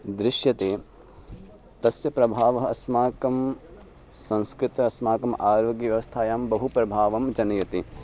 दृश्यते तस्य प्रभावः अस्माकं संस्कृते अस्माकम् आरोग्यव्यवस्थायां बहु प्रभावं जनयति